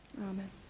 Amen